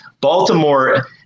Baltimore